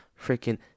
freaking